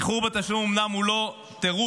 איחור בתשלום הוא אומנם לא תירוץ,